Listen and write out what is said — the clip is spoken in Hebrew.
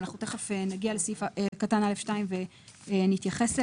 אנחנו תיכף נגיע לסעיף קטן (א2) ונתייחס אליהן,